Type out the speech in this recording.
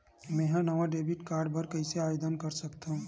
मेंहा नवा debit card बर कैसे आवेदन कर सकथव?